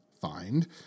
find